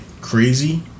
crazy